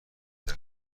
کرد